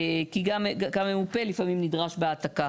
כי גם ממופה לפעמים נדרש בהעתקה.